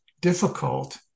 difficult